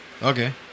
Okay